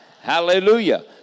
Hallelujah